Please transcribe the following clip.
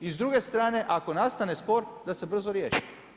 I s druge strane ako nastane spor da se brzo riješi.